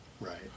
Right